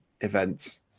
events